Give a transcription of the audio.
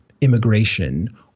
immigration